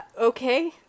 okay